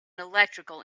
electrical